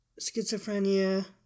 schizophrenia